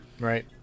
Right